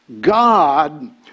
God